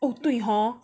哦对 hor